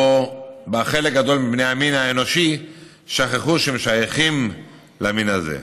שבה חלק גדול מבני המין האנושי שכחו שהם שייכים למין הזה.